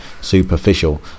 superficial